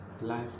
Life